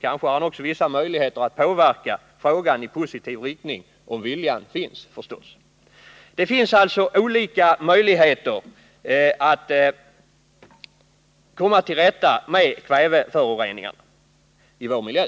Kanske har han också vissa möjligheter att påverka frågan i positiv riktning — om viljan finns, förstås. Det finns alltså olika möjligheter att komma till rätta med kväveföroreningarna i vår miljö.